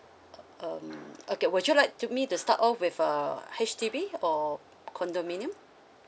um okay would you like to me to start off with a H_D_B or condominium